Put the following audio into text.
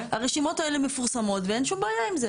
הרשימות האלה מפורסמות ואין שום בעיה עם זה.